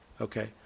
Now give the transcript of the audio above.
okay